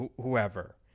whoever